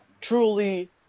truly